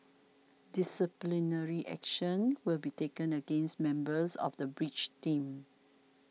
disciplinary action will be taken against members of the bridge teams